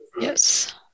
yes